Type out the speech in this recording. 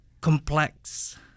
complex